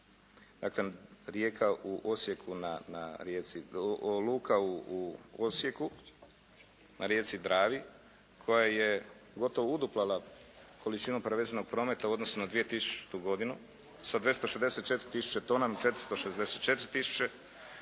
dakle rijeka u Osijeku na rijeci Dravi koja je gotovo uduplala količinu prevezenog prometa u odnosu na 2000. godinu sa 264 tisuće tona na 464 tisuće.